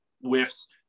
whiffs